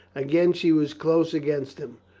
again she was close against him.